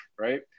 right